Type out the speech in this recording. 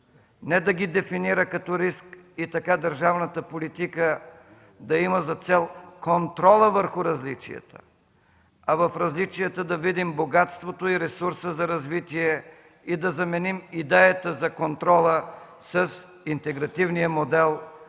не да ги дефинира като риск и така държавната политика да има за цел контрола върху различията, а в различията да видим богатството и ресурса за развитие, да заменим идеята за контрол с интегративния модел,